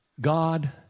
God